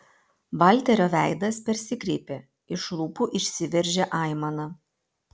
valterio veidas persikreipė iš lūpų išsiveržė aimana